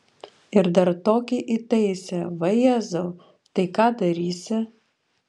ir dar tokį įtaisė vajezau tai ką darysi